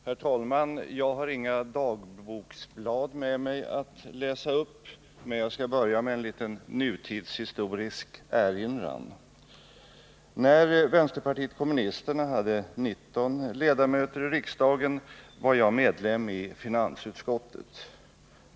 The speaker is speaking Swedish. Herr talman! Jag har inga dagboksblad med mig att läsa upp, men jag skall börja med en liten nutidshistorisk erinran. När vänsterpartiet kommunisterna hade 19 ledamöter i riksdagen var jag medlem i finansutskottet.